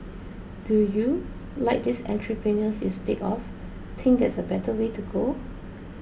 do you like these entrepreneurs you speak of think that's a better way to go